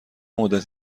مدت